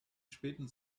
späten